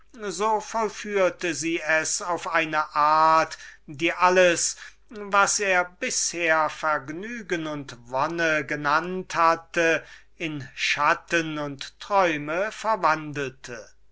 so vollführte sie es auf eine art welche alles was er bisher vergnügen und wonne genannt hatte in schatten und wolkenbilder verwandelte